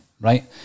Right